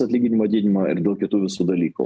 atlyginimo didinimo ir dėl kitų visų dalykų